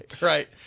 right